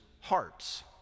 hearts